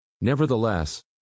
Nevertheless